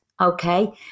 Okay